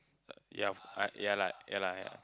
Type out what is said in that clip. uh ya lah ya lah ya